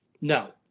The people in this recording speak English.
No